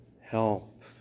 help